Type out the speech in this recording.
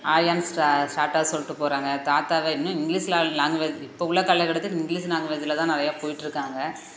ஆயான்னு சா சார்ட்டாக சொல்லிட்டு போகறாங்க தாத்தாவை இன்னும் இங்கிலிஷில் லா லாங்குவேஜ் இப்போ உள்ள கால கட்டத்தில் இங்கிலிஷ் லாங்குவேஜில் தான் நிறையா போய்கிட்டு இருக்காங்க